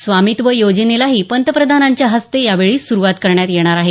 स्वामित्व योजनेलाही पंतप्रधानांच्या हस्ते यावेळी सुरुवात करण्यात येणार आहे